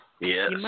Yes